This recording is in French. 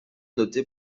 noté